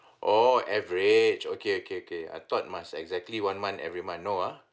orh average okay okay okay I thought must exactly one month every month no ah